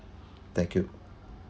thank you